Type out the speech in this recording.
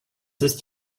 ist